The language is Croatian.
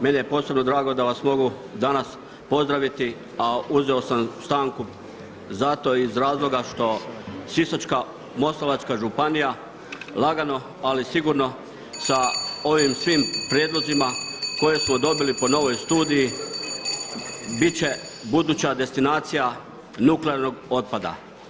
Meni je posebno drago da vas mogu danas pozdraviti, a uzeo sam stanku zato iz razloga što Sisačko-moslavačka županija lagano ali sigurno sa ovim svim prijedlozima koje samo dobili po novoj studiji bit će buduća destinacija nuklearnog otpada.